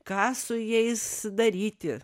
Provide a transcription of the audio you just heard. ką su jais daryti